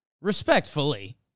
Respectfully